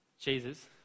Jesus